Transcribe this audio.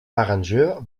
arrangeur